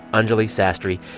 anjuli sastry,